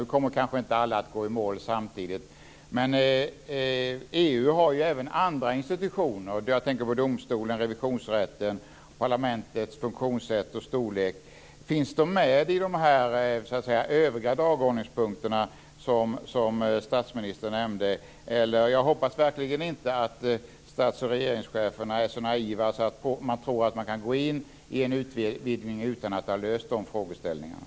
Nu kommer kanske inte alla att gå i mål samtidigt. Men EU har ju även andra institutioner. Jag tänker på domstolen, revisionsrätten och parlamentet med dess funktionssätt och storlek. Finns de med bland de övriga dagordningspunkterna som statsministern nämnde? Jag hoppas verkligen inte att stats och regeringscheferna är så naiva att de tror att man kan gå in i en utvidgning utan att ha löst de frågeställningarna.